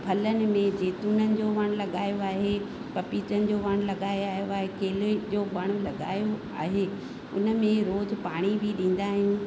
फलनि में जेतून जो वण लॻायो आहे पपीतनि जो वण लॻायो आहे केले जो वण लॻायो आहे उनमें रोज पाणी बि ॾींदा आहियूं